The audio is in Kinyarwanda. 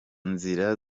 nzira